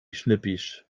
schnippisch